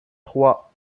trois